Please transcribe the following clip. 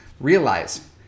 realize